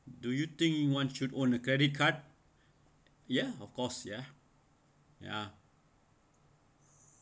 do you think one should own a credit card ya of course ya ya